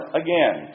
again